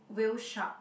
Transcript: Whale Shark